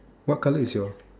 what color is your